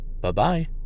Bye-bye